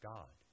God